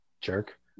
jerk